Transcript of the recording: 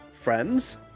friends